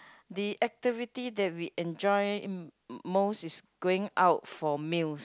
the activity that we enjoy most is going out for meals